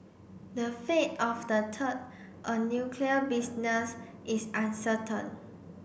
the fate of the third a nuclear business is uncertain